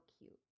cute